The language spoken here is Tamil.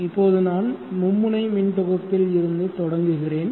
இப்போது நான் மும்முனை மின் தொகுப்பில் இருந்து தொடங்குகிறேன்